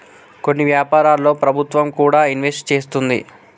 కొన్ని వ్యాపారాల్లో ప్రభుత్వం కూడా ఇన్వెస్ట్ చేస్తుంది